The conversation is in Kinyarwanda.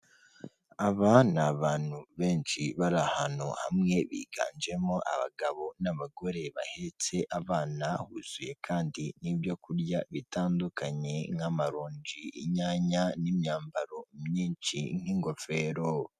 Aba ni abantu benshi bari ahantu hamwe biganjemo abagabo n'abagore bahetse abana, huzuye kandi n'ibyo kurya bitandukanye ,nk'amaronji, inyanya n'imyambaro myinshi nk'ingofero.